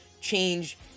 change